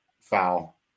foul